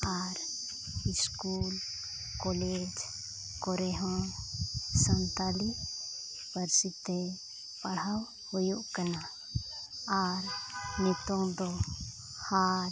ᱟᱨ school college ᱠᱚᱨᱮᱦᱚᱸ ᱥᱟᱱᱛᱟᱞᱤ ᱯᱟᱹᱨᱥᱤᱛᱮ ᱯᱟᱲᱦᱟᱣ ᱦᱩᱭᱩᱜ ᱠᱟᱱᱟ ᱟᱨ ᱱᱤᱛᱳᱜ ᱫᱚ ᱦᱟᱴ